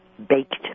Baked